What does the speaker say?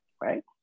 right